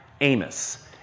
Amos